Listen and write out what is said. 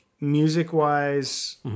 music-wise